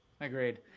agreed